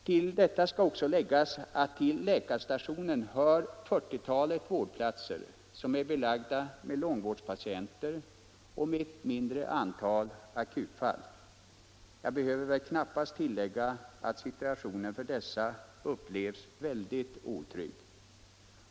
Till detta skall också läggas att till läkarstationen hör 40-talet vårdplatser, som är belagda med långvårdspatienter och med ett mindre antal akutfall. Jag behöver väl knappast tillägga att situationen av dessa upplevs som väldigt otrygg.